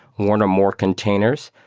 one or more containers,